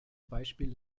beispiel